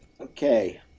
Okay